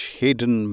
hidden